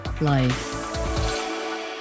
life